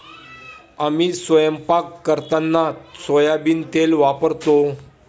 आम्ही स्वयंपाक करताना सोयाबीन तेल वापरतो